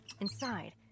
Inside